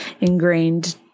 ingrained